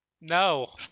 No